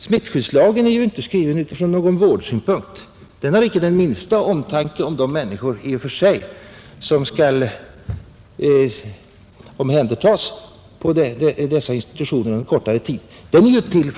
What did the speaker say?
Smittskyddslagen är inte skriven från vårdsynpunkt, den är till för att skydda allmänheten mot smittan.